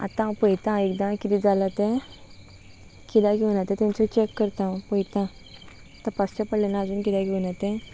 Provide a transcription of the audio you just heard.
आतां हांव पयताां एकदां किदें जालां तें कि्याक घेवन य तें तेंचो चॅक करता हांव पयताां तपासचें पडले ना आजून किद्याक घेवन य तें